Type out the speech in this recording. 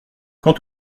quant